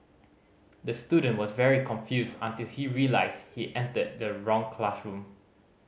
the student was very confused until he realised he entered the wrong classroom